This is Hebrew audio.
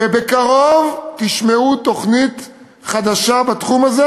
ובקרוב תשמעו על תוכנית חדשה בתחום הזה.